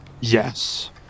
Yes